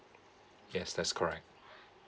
yes that's correct